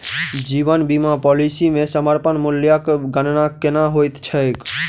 जीवन बीमा पॉलिसी मे समर्पण मूल्यक गणना केना होइत छैक?